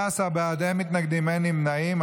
15 בעד, אין מתנגדים, אין נמנעים.